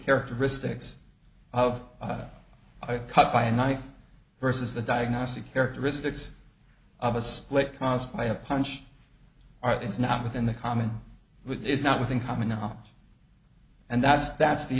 characteristics of cut by a knife versus the diagnostic characteristics of a split caused by a punch all right is not within the common with is not within common now and that's that's the